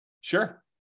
Sure